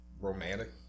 romantic